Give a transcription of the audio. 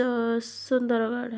Sundargarh